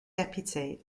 deputy